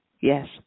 Yes